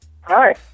Hi